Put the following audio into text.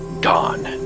gone